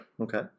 okay